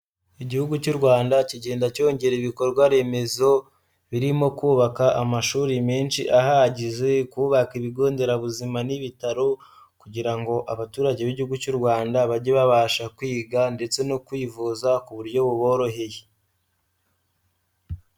Igihugu cy'u Rwanda kigenda cyongera ibikorwa remezo birimo kubaka amashuri menshi ahagije, kubaka ibigonderabuzima n'ibitaro kugira ngo abaturage b'Igihugu cy'u Rwanda bajye babasha kwiga ndetse no kwivuza ku buryo buboroheye.